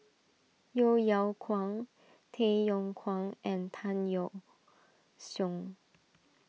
Yeo Yeow Kwang Tay Yong Kwang and Tan Yeok Seong